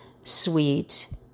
sweet